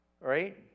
Right